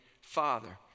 Father